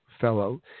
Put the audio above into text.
fellow